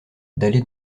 dallé